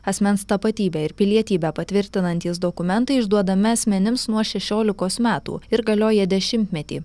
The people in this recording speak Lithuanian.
asmens tapatybę ir pilietybę patvirtinantys dokumentai išduodami asmenims nuo šešiolikos metų ir galioja dešimtmetį